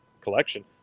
collection